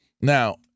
Now